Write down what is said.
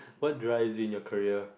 what do I seen your career